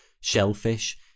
shellfish